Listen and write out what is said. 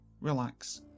relax